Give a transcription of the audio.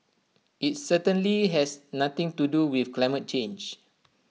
IT certainly has nothing to do with climate change